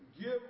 give